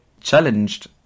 challenged